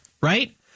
right